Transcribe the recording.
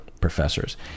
professors